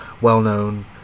well-known